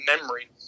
memory